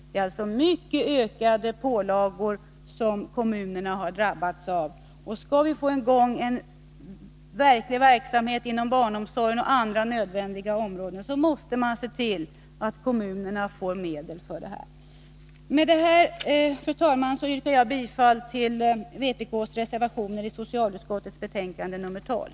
Det är alltså mycket ökade pålagor som kommunerna har drabbats av. Skall vi få i gång en verklig verksamhet inom barnomsorgen och andra nödvändiga områden måste vi se till att kommunerna får medel härför. Med detta yrkar jag, fru talman, bifall till vpk:s reservationer vid socialutskottets betänkande nr 12.